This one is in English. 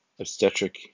Obstetric